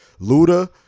Luda